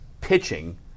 pitching –